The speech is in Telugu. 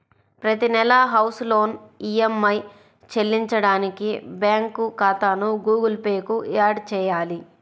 ప్రతి నెలా హౌస్ లోన్ ఈఎమ్మై చెల్లించడానికి బ్యాంకు ఖాతాను గుగుల్ పే కు యాడ్ చేయాలి